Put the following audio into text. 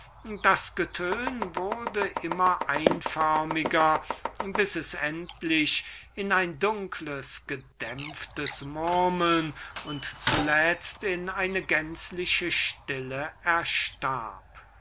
das getön wurde immer einförmiger bis es nach und nach in ein dunkles gedämpftes murmeln und zuletzt in eine gänzliche stille erstarb